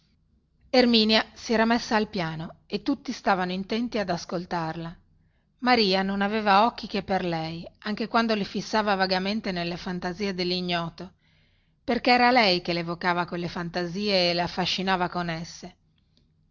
erminia si era messa al piano e tutti stavano intenti ad ascoltarla maria non aveva occhi che per lei anche quando li fissava vagamente nelle fantasie dellignoto perchè era lei che le evocava quelle fantasie e laffascinava con esse